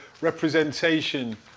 representation